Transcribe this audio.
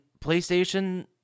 PlayStation